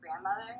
grandmother